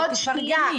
תפרגני.